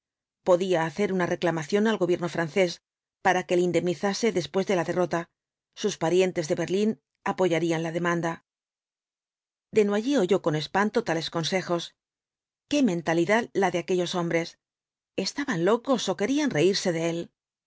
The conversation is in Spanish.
podía hacer una reclamación al gobierno francés para que le indemnizase después de la derrota sus parientes de berlín apoyarían la demanda desnoyers oyó con espanto tales consejos qué mentalidad la de aqu ellos hombres estaban locos ó querían reírse de él